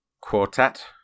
quartet